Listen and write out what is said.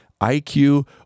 IQ